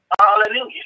Hallelujah